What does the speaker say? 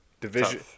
Division